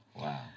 Wow